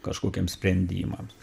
kažkokiem sprendimams